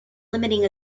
limiting